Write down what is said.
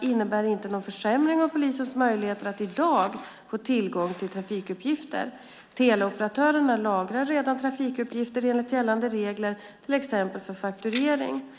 innebär inte någon försämring av polisens möjligheter att i dag få tillgång till trafikuppgifter. Teleoperatörerna lagrar redan trafikuppgifter enligt gällande regler, till exempel för fakturering.